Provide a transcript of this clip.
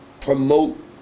promote